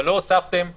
אבל לא הוספתם יישובים.